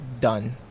done